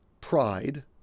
pride